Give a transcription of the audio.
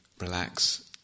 relax